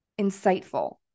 insightful